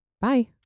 Bye